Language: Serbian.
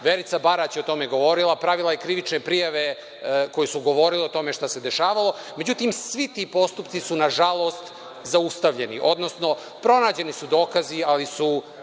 Verica Barać je o tome govorila, pravila je krivične prijave koje su govorile o tome šta se dešavalo, međutim, svi ti postupci su nažalost zaustavljeni, odnosno pronađeni su dokazi ali su